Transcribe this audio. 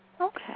Okay